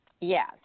Yes